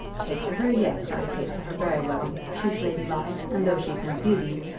take to her yes, i take to her very well. she's ladylike, and though she's no beauty,